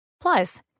Plus